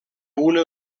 una